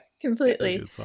completely